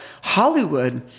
Hollywood